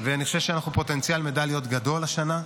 ואני חושב שאנחנו עם פוטנציאל מדליות גדול השנה.